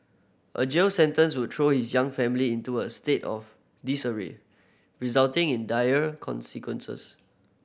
a jail sentence would throw his young family into a state of disarray resulting in dire consequences